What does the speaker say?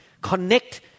Connect